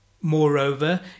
Moreover